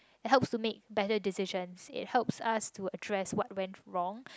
help to make better decisions it helps us to address what went wrong